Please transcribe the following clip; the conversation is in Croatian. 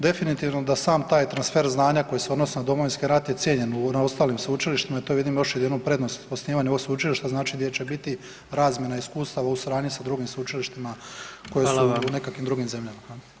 Definitivno da sam taj transfer znanja koji se odnosi na Domovinski rat je cijenjen na ostalim sveučilištima i to vidim još i jednu prednost osnivanja ovog sveučilišta znači gdje će biti razmjena iskustava u suradnji sa drugim sveučilištima [[Upadica: Hvala vam.]] koja su u nekakvim drugim zemljama.